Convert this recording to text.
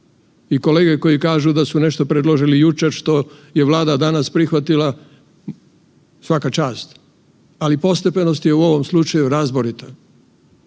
I kolege koji kažu da su nešto predložili jučer, što je Vlada danas prihvatila svaka čast, ali postepenost je u ovom slučaju razborita